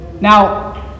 now